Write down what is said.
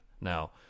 now